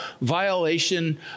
violation